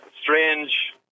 strange